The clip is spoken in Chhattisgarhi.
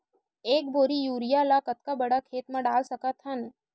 एक बोरी यूरिया ल कतका बड़ा खेत म डाल सकत हन?